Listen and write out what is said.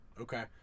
okay